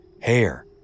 hair